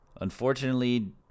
Unfortunately